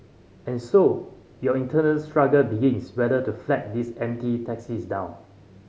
and so your internal struggle begins whether to flag these empty taxis down